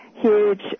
Huge